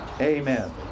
Amen